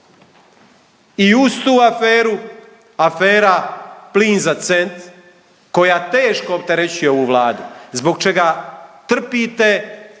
i uz tu aferu afera „Plin za cent“ koja teško opterećuje ovu Vladu zbog čega trpite